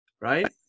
right